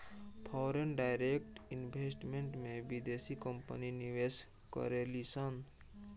foreign direct investment में बिदेसी company निवेश करेलिसन